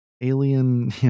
alien